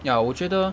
ya 我觉得